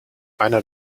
einer